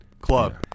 club